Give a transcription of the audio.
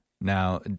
now